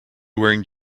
wearing